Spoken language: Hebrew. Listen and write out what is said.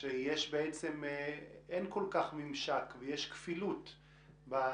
על כך שאין כל כך ממשק ויש כפילות בטיפולים,